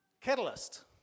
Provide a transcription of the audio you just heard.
Catalyst